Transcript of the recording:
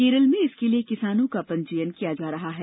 केरल में इसके लिए किसानों का पंजीयन किया जा रहा है